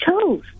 chose